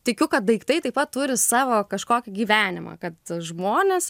tikiu kad daiktai taip pat turi savo kažkokį gyvenimą kad žmonės